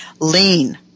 lean